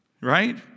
Right